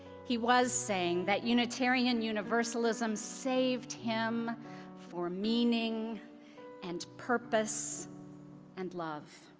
he was saying that unitarian universalism saved him for meaning and purpose and love.